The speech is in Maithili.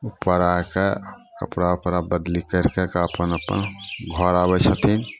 उपर आके कपड़ा उपड़ा बदली करिके अपन अपन घर आबै छथिन